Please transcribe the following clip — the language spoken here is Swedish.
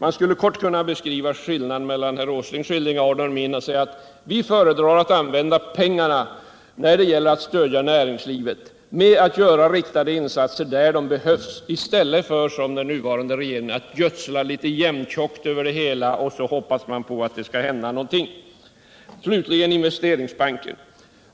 Man skulle kort kunna beskriva skillnaden mellan herr Åslings och min uppfattning med att säga: Vi föredrar att använda pengarna när det gäller att stödja näringslivet med att göra riktade insatser där de behövs i stället för att göra som den nuvarande regeringen: gödsla litet jämntjockt över det hela och hoppas på att det skall hända någonting. Slutligen Investeringsbanken.